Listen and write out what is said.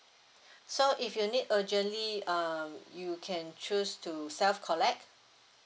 so if you need urgently um you can choose to self collect